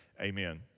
amen